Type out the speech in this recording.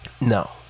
No